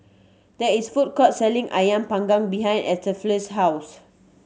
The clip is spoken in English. there is food court selling Ayam Panggang behind Estefani's house